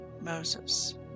Moses